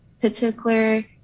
particular